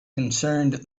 concerned